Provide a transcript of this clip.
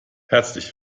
herzlich